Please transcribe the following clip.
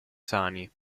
sani